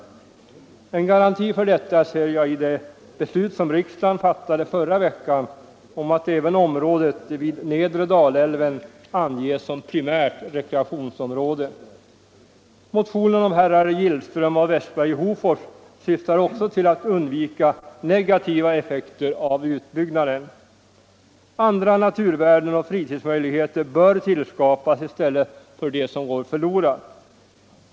En garanti för detta ser jag i det beslut som riksdagen fattade förra veckan om att även området vid nedre Dalälven anges som primärt rekreationsområde. Motionen av herrar Gillström och Westberg i Hofors syftar också till att undvika negativa effekter av utbyggnaden. Andra naturvärden och fritidsmöjligheter bör skapas i stället för dem som går förlorade.